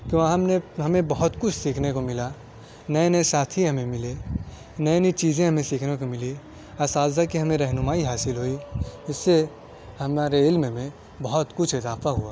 تو وہاں ہم نے ہمیں بہت کچھ سیکھنے کو ملا نئے نئے ساتھی ہمیں ملے نئی نئی چیزیں ہمیں سیکھنے کو ملی اساتذہ کے ہمیں رہنمائی حاصل ہوئی اس سے ہمارے علم میں بہت کچھ اضافہ ہوا